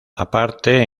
aparte